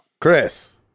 Chris